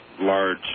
large